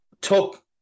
took